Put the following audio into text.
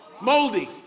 Moldy